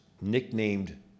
nicknamed